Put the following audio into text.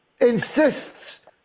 insists